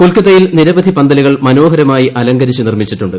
കൊൽകത്തയിൽ നിരവധി പന്തലുകൾ മനോഹരമായി അലങ്കരിച്ച് നിർമ്മിച്ചിട്ടുണ്ട്